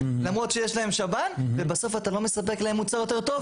למרות שיש להם שב"ן ובסוף אתה לא מספק להם מוצר יותר טוב,